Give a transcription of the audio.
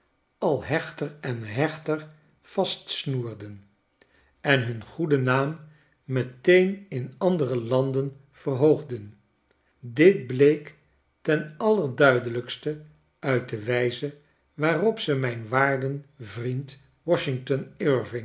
al hechter en hechter vastsnoerden en hun goeden naam meteen in andere landen verhoogden dit bleek ten allerduidelijkste uit de wijze waarop ze mijn waarden vriend washington